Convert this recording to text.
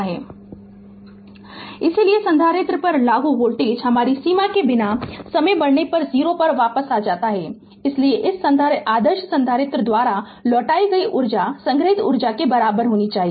Refer Slide Time 0743 इसलिए संधारित्र पर लागू वोल्टेज हमारी सीमा के बिना समय बढ़ने पर 0 पर वापस आ जाता है इसलिए इस आदर्श संधारित्र द्वारा लौटाई गई ऊर्जा संग्रहीत ऊर्जा के बराबर होनी चाहिए